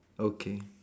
okay